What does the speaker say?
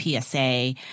PSA